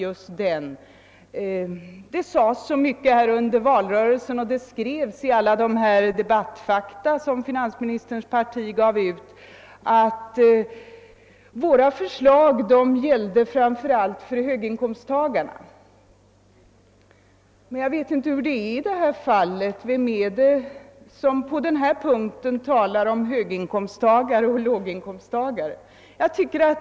Under valrörelsen sades så mycket och skrevs så mycket i alla de debattfakta som finansministern och hans parti gav ut. Det hette där att våra förslag framför allt gällde för höginkomsttagarna. Hur är det i detta fall? Vem är det som på denna punkt talar för höginkomsttagarna och vem talar för låginkomsttagarna?